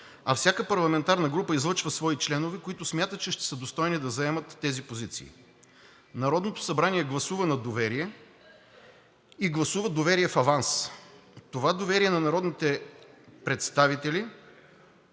а всяка парламентарна група излъчва свои членове, които смята, че ще са достойни да заемат тези позиции. Народното събрание гласува на доверие и гласува доверие в аванс. Това доверие на народните представители